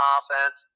offense